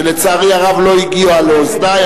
שלצערי הרב לא הגיעה לאוזני.